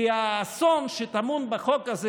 כי האסון שטמון בחוק הזה,